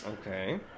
Okay